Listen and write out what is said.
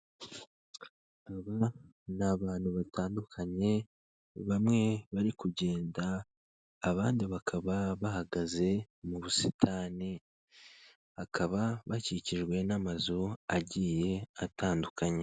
Aba ni abantu batandukanye, bamwe bari kugenda abandi bakaba bahagaze mu busitani, bakaba bakikijwe n'amazu agiye atandukanye.